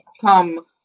come